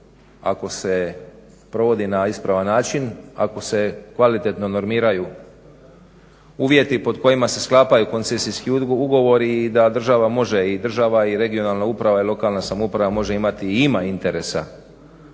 ako se provodi na ispravan način, ako se kvalitetno normiraju uvjeti pod kojima se sklapaju koncesijski ugovori i da država može i država i regionalna uprava i lokalna samouprava može imati i ima interesa